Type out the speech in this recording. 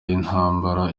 y’intambara